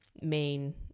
main